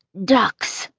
ducks